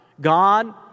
God